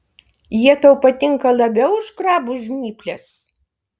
jie tau patinka labiau už krabų žnyples